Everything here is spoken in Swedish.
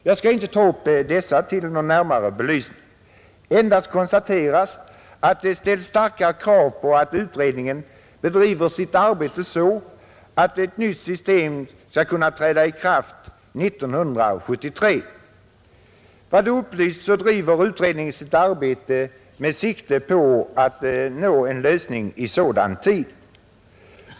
Jag skall inte ta upp dessa svagheter till någon närmare belysning utan endast konstatera, att det ställs starka krav på att utredningen bedriver sitt arbete så att ett nytt system skall kunna träda i kraft 1973. Enligt vad som har upplysts bedriver utredningen sitt arbete med sikte på att nå en lösning i sådan tid.